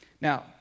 Now